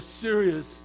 serious